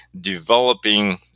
developing